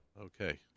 Okay